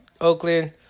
Oakland